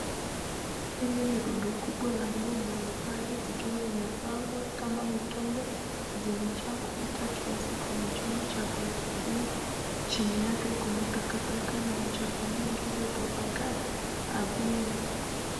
Hili ni rundu kubwa la nguo mbalimbali zikuwa zimepangwa kama mitumba zimejaa kupita kiasi kwenye chombo cha kuhifadhia chini yake kuna takataka na uchafu mwingi uliotapakaa ardhini.